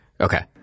Okay